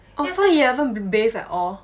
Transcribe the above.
oh so he haven't ba~ bathe at all.